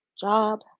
job